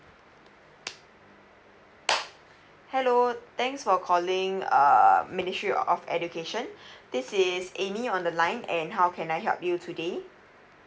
hello thanks for calling err ministry of education this is amy on the line and how can I help you today